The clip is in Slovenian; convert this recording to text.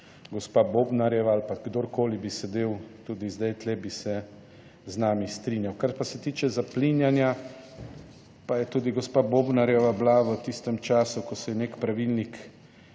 gospa Bobnarjeva ali pa kdorkoli bi sedel, tudi zdaj tu bi se z nami strinjal. Kar pa se tiče zaplinjanja, pa je tudi gospa Bobnarjeva bila v tistem času, ko se je nek pravilnik